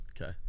Okay